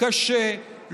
קשה,